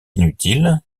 inutiles